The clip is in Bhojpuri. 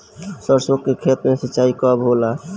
सरसों के खेत मे सिंचाई कब होला?